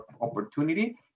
opportunity